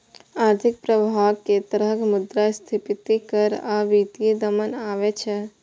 आर्थिक प्रभाव के तहत मुद्रास्फीति कर आ वित्तीय दमन आबै छै